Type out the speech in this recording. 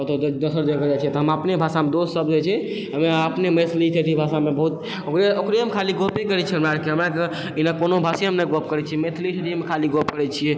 कतौ दोसर जगह जाइ छियै तऽ हम अपने भाषामे दोस सब जे छै हमे अपने मैथिली ठेठी भाषामे बहुत ओकरे ओकरेमे खाली गपे करै छियै हमरा आरके हमराके आओर कोनो भाषामे नहि गप करै छियै मैथिली ठेठीमे खाली गप करै छियै